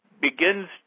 begins